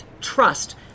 trust